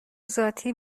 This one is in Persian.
ذاتی